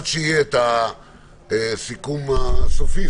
עד שיהיה הסיכום הסופי,